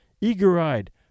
eager-eyed